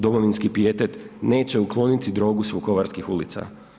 Domovinski pijetet neće ukloniti drogu s Vukovarskih ulica.